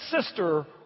sister